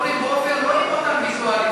רואים אותם ויזואלית,